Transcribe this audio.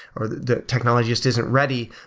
or the technologist isn't ready,